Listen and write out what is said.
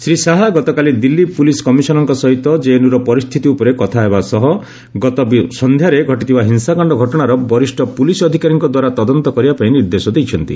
ଶ୍ରୀ ଶାହା ଗତକାଲି ଦିଲ୍ଲୀ ପୁଲିସ୍ କମିଶନର୍ଙ୍କ ସହିତ ଜେଏନ୍ୟୁର ପରିସ୍ଥିତି ଉପରେ କଥା ହେବା ସହ ଗତ ସନ୍ଧ୍ୟାରେ ଘଟିଥିବା ହିଂସାକାଣ୍ଡ ଘଟଣାର ବରିଷ୍ଣ ପୁଲିସ୍ ଅଧିକାରୀଙ୍କଦ୍ୱାରା ତଦନ୍ତ କରିବାପାଇଁ ନିର୍ଦ୍ଦେଶ ଦେଇଛନ୍ତି